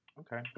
okay